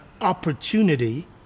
opportunity